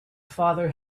father